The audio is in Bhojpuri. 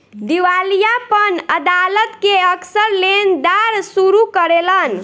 दिवालियापन अदालत के अक्सर लेनदार शुरू करेलन